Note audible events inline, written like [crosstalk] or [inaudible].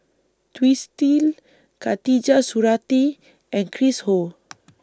Twisstii Khatijah Surattee and Chris Ho [noise]